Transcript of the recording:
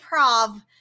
improv